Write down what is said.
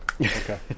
Okay